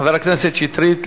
חבר הכנסת שטרית,